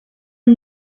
are